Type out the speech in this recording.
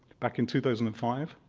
back in two thousand and five.